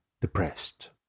depressed